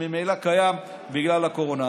שממילא קיים בגלל הקורונה.